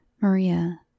Maria